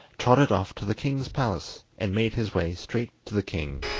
trotted off to the king's palace and made his way straight to the king.